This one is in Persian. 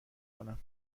کنم